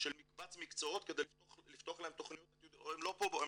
מקבץ מקצועות כדי לפתוח להם תכניות, והם לא בארץ,